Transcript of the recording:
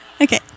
okay